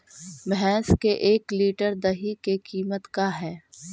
भैंस के एक लीटर दही के कीमत का है?